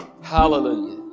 Hallelujah